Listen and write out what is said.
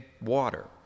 water